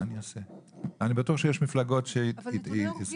אני בטוח שיש מפלגות שיסכימו.